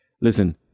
Listen